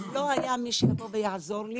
לא היה מי שיבוא ויעזור לי,